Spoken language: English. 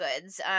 goods